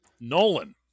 Nolan